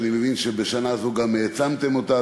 ואני מבין שבשנה זו גם העצמתם אותה,